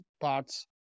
parts